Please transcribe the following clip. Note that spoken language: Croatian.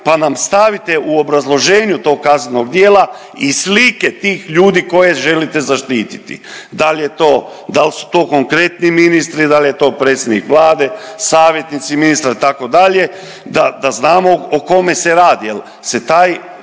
pa nam stavite u obrazloženju tog kaznenog djela i slike tih ljudi koje želite zaštititi. Da li je to, da li su to konkretni ministri, da li je to predsjednik Vlade, savjetnici ministra itd., da znamo o tome se radi